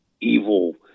evil